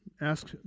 ask